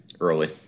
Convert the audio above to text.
Early